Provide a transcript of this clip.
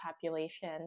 population